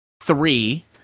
three